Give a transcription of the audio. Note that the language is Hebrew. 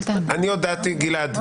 אני הודעתי, גלעד.